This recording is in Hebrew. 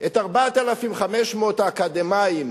את 4,500 האקדמאים